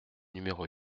numéro